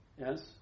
Yes